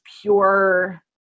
pure